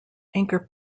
anchor